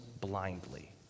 blindly